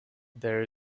there